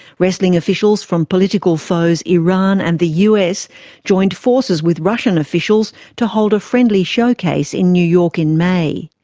wrestling officials from political foes iran and the us joined forces with russian officials to hold a friendly showcase in new york in may.